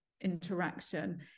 interaction